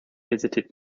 visited